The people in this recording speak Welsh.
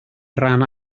ran